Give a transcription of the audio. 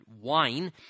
wine